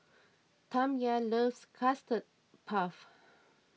Tamya loves Custard Puff